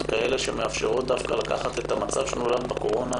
כאלה שמאפשרות דווקא לקחת את המצב שנולד בקורונה,